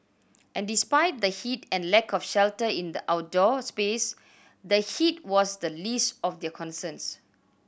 and despite the heat and lack of shelter in the outdoor space the heat was the least of their concerns